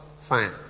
fine